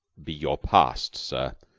be your past, sir.